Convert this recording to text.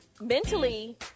Mentally